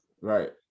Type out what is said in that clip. right